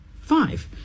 Five